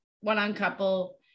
one-on-couple